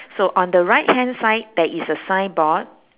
so on the right hand side there is a signboard